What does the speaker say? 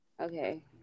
Okay